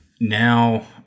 now